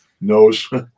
knows